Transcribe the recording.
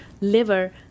liver